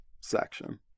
section